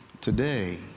today